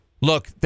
Look